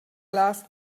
last